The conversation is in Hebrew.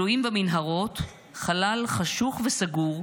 כלואים במנהרות, חלל חשוך וסגור,